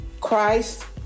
Christ